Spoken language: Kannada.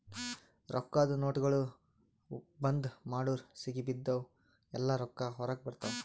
ರೊಕ್ಕಾದು ನೋಟ್ಗೊಳ್ ಬಂದ್ ಮಾಡುರ್ ಸಿಗಿಬಿದ್ದಿವ್ ಎಲ್ಲಾ ರೊಕ್ಕಾ ಹೊರಗ ಬರ್ತಾವ್